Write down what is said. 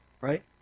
right